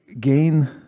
gain